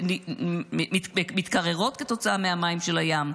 שמתקררות מהמים של הים,